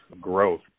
growth